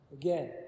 Again